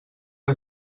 que